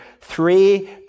three